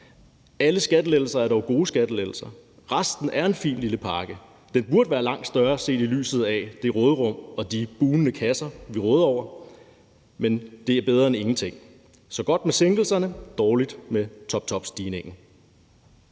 Alle skattelettelser er dog gode skattelettelser. Resten er en fin lille pakke. Den burde være langt større set i lyset af det råderum og de bugnende kasser, vi råder over, men det er bedre end ingenting. Så det er godt med sænkelserne og dårligt med toptopstigningen.